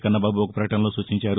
కన్నబాబు ఒక ప్రకటనలో సూచించారు